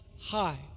high